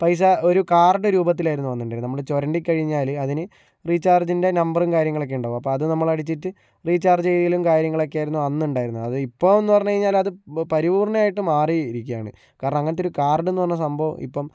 പൈസ ഒരു കാർഡ് രൂപത്തിലായിരുന്നു വന്നോണ്ടിരുന്നത് നമ്മള് ചുരണ്ടി കഴിഞ്ഞാല് അതിന് റീചാർജിന്റെ നമ്പറും കാര്യങ്ങളൊക്കെ ഉണ്ടാവും അപ്പോൾ അത് നമ്മളടിച്ചിട്ട് റീചാർജ് ചെയ്യലും കാര്യങ്ങളൊക്കെ ആരുന്നു അന്നുണ്ടാരുന്നത് അതിപ്പോൾ എന്ന് പറഞ്ഞു കഴിഞ്ഞാല് അത് പരിപൂർണ ആയിട്ട് മാറിയിരിക്കുക ആണ് കാരണം അങ്ങനത്തെ ഒരു കാർഡ് എന്ന് പറഞ്ഞ സംഭവം ഇപ്പം